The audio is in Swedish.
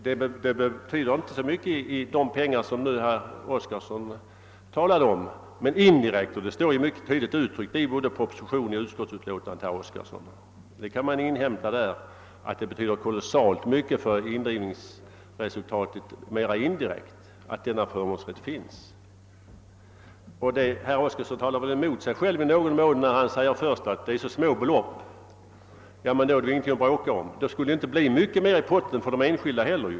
Den betyder inte så mycket i pengar, men som det tydligt står både i propositionen och i utskottsutlåtandet betyder det kolossalt mycket för indrivningsresultatet mera indirekt att denna förmånsrätt finns. Herr Oskarson talar för övrigt emot sig själv när han säger att det gäller små belopp. Då är det väl inte mycket att bråka om. Det skulle i så fall inte betyda mycket för de enskilda heller.